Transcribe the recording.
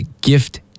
gift